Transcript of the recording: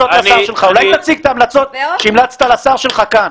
אולי תציג כאן את ההמלצות שהמלצת לשר שלך.